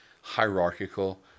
hierarchical